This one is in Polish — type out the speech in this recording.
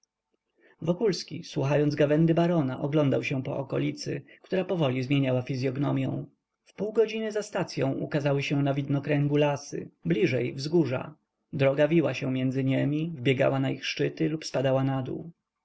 cynik wokulski słuchając gawędy barona oglądał się po okolicy która powoli zmieniała fizyognomią w pół godziny za stacyą ukazały się na widnokręgu lasy bliżej wzgórza droga wiła się między niemi wbiegała na ich szczyty lub spadała na dół